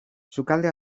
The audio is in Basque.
sukalde